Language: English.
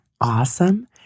awesome